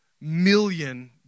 million